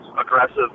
aggressive